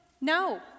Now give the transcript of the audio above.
No